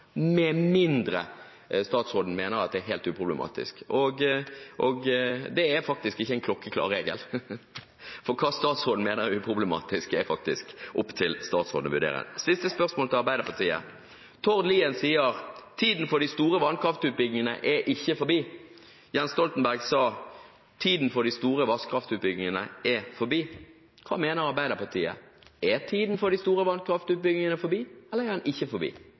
er helt uproblematisk. Det er faktisk ikke en klokkeklar regel, for hva statsråden mener er uproblematisk, er faktisk opp til statsråden å vurdere. Et siste spørsmål til Arbeiderpartiet: Tord Lien sier at tiden for de store vannkraftutbyggingene ikke er forbi. Jens Stoltenberg sa at tiden for de store vannkraftutbyggingene er forbi. Hva mener Arbeiderpartiet? Er tiden for de store vannkraftutbyggingene forbi, eller er den ikke forbi?